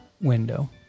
window